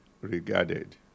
regarded